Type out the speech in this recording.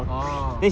orh